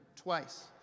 twice